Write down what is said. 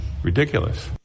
Ridiculous